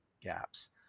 gaps